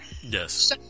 Yes